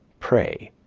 pray,